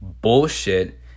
bullshit